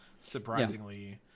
surprisingly